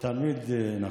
זה תמיד נכון.